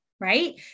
right